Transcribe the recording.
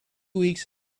weeks